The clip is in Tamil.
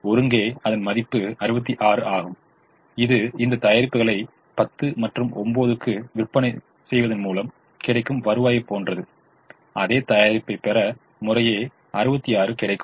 ஒருங்கே அதன் மதிப்பு 66 ஆகும் இது இந்த தயாரிப்புகளை 10 மற்றும் 9 க்கு விற்பதன் மூலம் கிடைக்கும் வருவாயைப் போன்றது அதே தயாரிப்பு பெற முறையே 66 ஆகும்